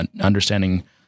understanding